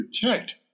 protect